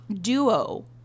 duo